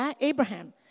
Abraham